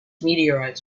meteorites